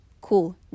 cool